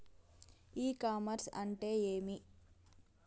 ఇ commerce అంటే ఏమి?